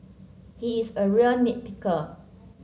he is a real nit picker